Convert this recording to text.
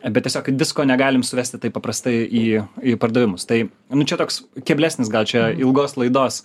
bet tiesiog visko negalim suvesti taip paprastai į į pardavimus tai nu čia toks keblesnis gal čia ilgos laidos